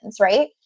right